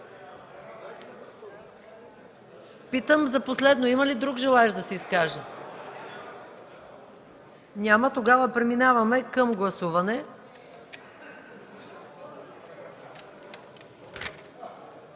Питам за последно – има ли друг желаещ да се изкаже? Няма. Преминаваме към гласуване.